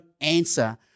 answer